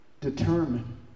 determine